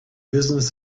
business